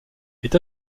est